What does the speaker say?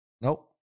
Nope